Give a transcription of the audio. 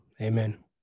amen